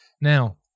Now